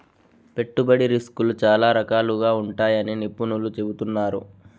పెట్టుబడి రిస్కులు చాలా రకాలుగా ఉంటాయని నిపుణులు చెబుతున్నారు